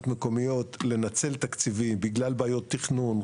מקומיות לנצל תקציבים בגלל בעיות תכנון,